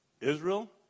Israel